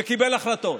וקיבל החלטות,